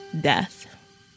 death